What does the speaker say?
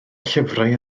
llyfrau